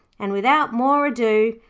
and without more ado,